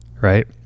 Right